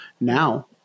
now